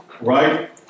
Right